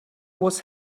was